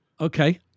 Okay